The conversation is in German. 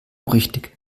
richtig